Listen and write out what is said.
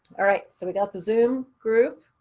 all right. so we got the zoom group.